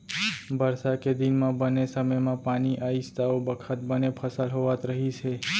बरसा के दिन म बने समे म पानी आइस त ओ बखत बने फसल होवत रहिस हे